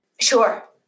Sure